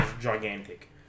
gigantic